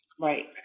Right